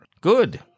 Good